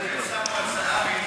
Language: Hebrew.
לכן שמו הצעת חוק שנדחתה.